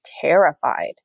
terrified